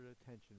attention